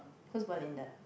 who's Belinda